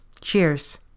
cheers